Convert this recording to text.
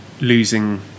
losing